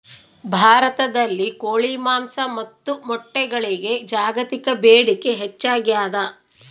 ಭಾರತದಲ್ಲಿ ಕೋಳಿ ಮಾಂಸ ಮತ್ತು ಮೊಟ್ಟೆಗಳಿಗೆ ಜಾಗತಿಕ ಬೇಡಿಕೆ ಹೆಚ್ಚಾಗ್ಯಾದ